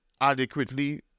adequately